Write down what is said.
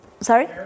sorry